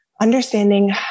understanding